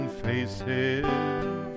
faces